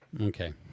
Okay